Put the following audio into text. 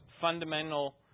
fundamental